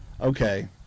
okay